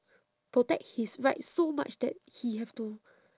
protect his right so much that he have to